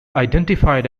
identified